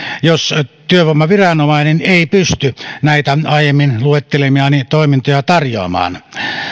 jos työvoimaviranomainen ei pysty näitä aiemmin luettelemiani toimintoja tarjoamaan